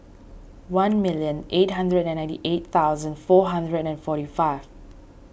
one million eight hundred and ninety eight thousand four hundred and forty five